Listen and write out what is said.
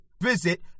Visit